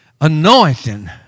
Anointing